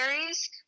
series